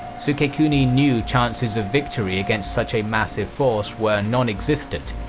sukekuni knew chances of victory against such a massive force were non-existent,